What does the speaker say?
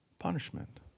Punishment